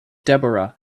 deborah